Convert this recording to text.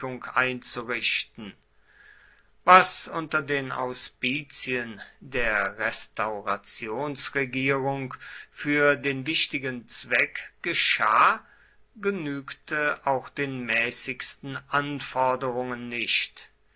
einzurichten was unter den auspizien der restaurationsregierung für den wichtigen zweck geschah genügt auch den mäßigsten anforderungen nicht